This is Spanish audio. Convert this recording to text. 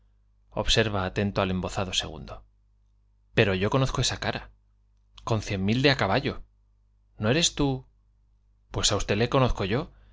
obsercja atento al embozado segundo pero yo conozco esa cara i con cien mil de á caballo no eres tú si la pues á usted le conozco yo